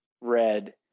red